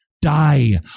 Die